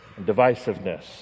divisiveness